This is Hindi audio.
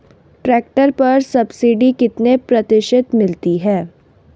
ट्रैक्टर पर सब्सिडी कितने प्रतिशत मिलती है?